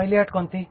पहिली अट कोणती